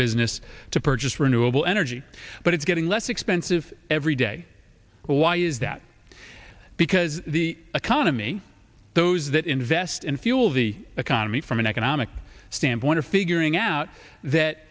business to purchase renewable energy but it's getting less expensive every day why is that because the economy those that invest in fuel the economy from an economic standpoint are figuring out that